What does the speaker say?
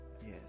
yes